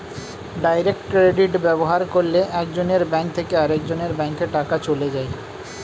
direct credit ব্যবহার করলে একজনের ব্যাঙ্ক থেকে আরেকজনের ব্যাঙ্কে টাকা চলে যায়